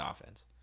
offense